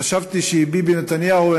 וחשבתי שביבי נתניהו,